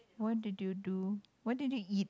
what did you do what did you eat